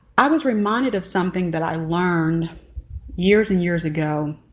i was reminded of something that i learned years and years ago